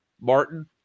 Martin